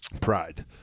pride